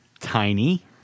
tiny